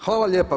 Hvala lijepa.